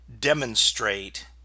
demonstrate